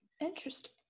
Interesting